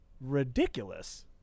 ridiculous